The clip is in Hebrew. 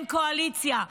אין קואליציה,